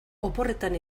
oporretan